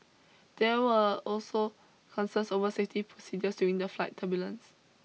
there were also concerns over safety procedures during the flight turbulence